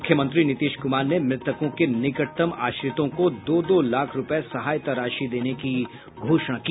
मुख्यमंत्री नीतीश कुमार ने मृतकों के निकटतम आश्रितों को दो दो लाख रूपये सहायता राशि देने की घोषणा की